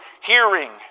hearing